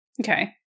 Okay